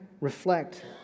reflect